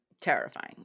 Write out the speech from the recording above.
Terrifying